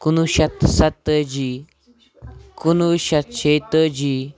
کُنوُہ شیٚتھ تہٕ سَتتٲجی کُنوُہ شیٚتھ شیتٲجی